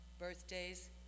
birthdays